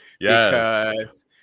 yes